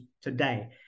today